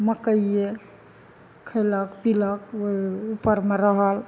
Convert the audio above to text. मकइये खेलक पिलक ओइ उपरमे रहल